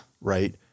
Right